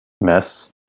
mess